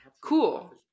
Cool